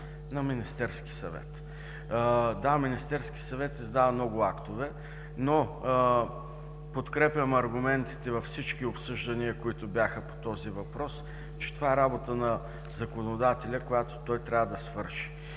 на Министерския съвет. Да, Министерският съвет издава много актове, но подкрепям аргументите във всички обсъждания, които бяха по този въпрос, че това е работа на законодателя, която той трябва да свърши.